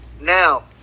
Now